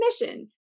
mission